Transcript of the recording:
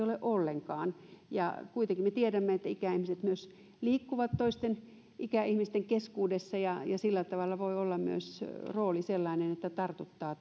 ole ollenkaan kuitenkin me tiedämme että ikäihmiset myös liikkuvat toisten ikäihmisten keskuudessa ja ja sillä tavalla voi olla rooli sellainen että tartuttaa